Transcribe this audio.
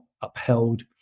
upheld